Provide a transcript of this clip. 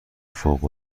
فوق